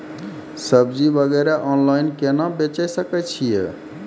सब्जी वगैरह ऑनलाइन केना बेचे सकय छियै?